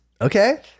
Okay